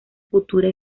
futura